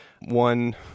one